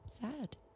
sad